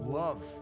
love